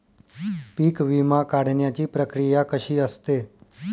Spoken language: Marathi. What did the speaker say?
पीक विमा काढण्याची प्रक्रिया कशी असते?